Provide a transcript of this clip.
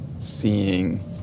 seeing